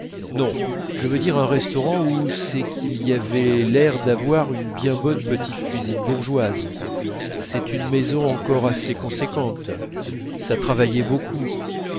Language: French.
non je veux dire un restaurant où c'est qu'il y avait l'air d'avoir une bien bonne petite cuisine bourgeoise c'est une maison encore assez conséquente ça travaillait beaucoup